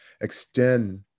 extend